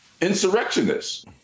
insurrectionists